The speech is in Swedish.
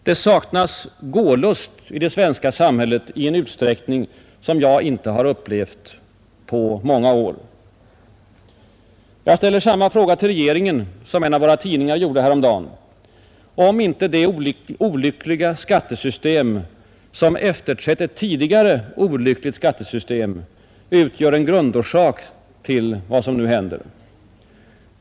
Det saknas gålust i det svenska samhället i en utsträckning som jag inte har upplevt på många år. Jag ställer samma fråga till regeringen som en av våra tidningar gjorde häromdagen: Utgör inte det olyckliga skattesystem som efterträdde ett tidigare olyckligt skattesystem en grundorsak till vad som nu händer?